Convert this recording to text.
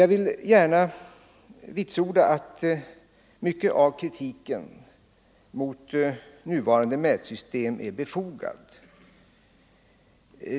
Jag vill alltså gärna vitsorda att mycket av kritiken mot nuvarande mätsystem är befogad.